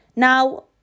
Now